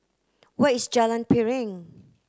where is Jalan Piring